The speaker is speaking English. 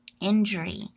injury